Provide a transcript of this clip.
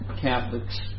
Catholics